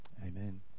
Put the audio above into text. Amen